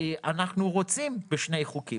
אנחנו רוצים בשני חוקים,